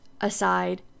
aside